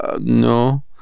no